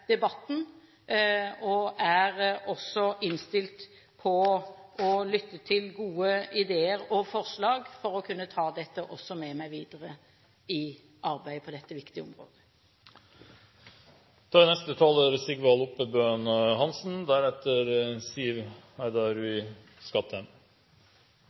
debatten og er også innstilt på å lytte til gode ideer og forslag for å kunne ta dette også med meg videre i arbeidet på dette viktige